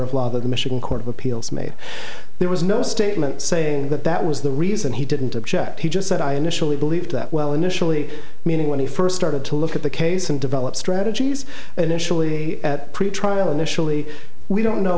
that the michigan court of appeals made there was no statement saying that that was the reason he didn't object he just said i initially believed that well initially meaning when he first started to look at the case and develop strategies initially at pretrial initially we don't know